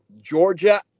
Georgia